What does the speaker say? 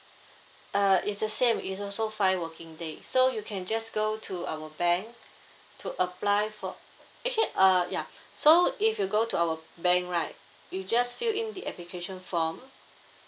uh it's the same it's also five working days so you can just go to our bank to apply for actually uh ya so if you go to our bank right you just fill in the application form